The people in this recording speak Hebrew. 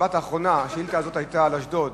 השאילתא הזאת היתה על אשדוד,